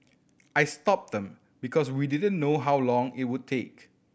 I stopped them because we didn't know how long it would take